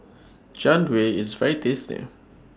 Jian Dui IS very tasty